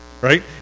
right